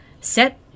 set